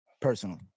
personally